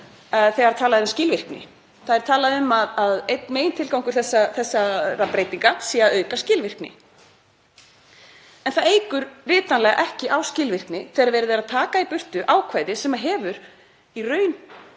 að talað sé um skilvirkni. Það er talað um að einn megintilgangur þessara breytinga sé að auka skilvirkni. En það eykur vitanlega ekki á skilvirkni þegar verið er að taka í burtu ákvæði sem hefur í raun